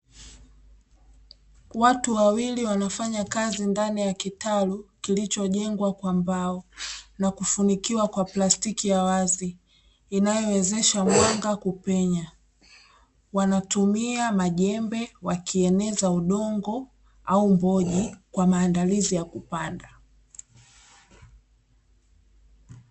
Watu wawili wanafanya kazi ndani ya kitalu kilichojengwa kwa mbao, na kufunikiwa kwa plastiki ya wazi, inayowezesha mwanga kupenya. Wanatumia majembe wakieneza udongo au mboji kwa maandalizi ya kupanda.